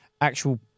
actual